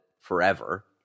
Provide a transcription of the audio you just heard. forever